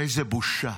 איזו בושה.